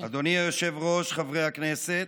אדוני היושב-ראש, חברי הכנסת,